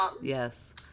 Yes